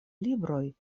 libroj